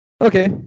Okay